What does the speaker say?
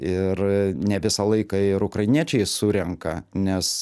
ir ne visą laiką ir ukrainiečiai surenka nes